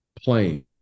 playing